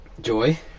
joy